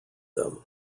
them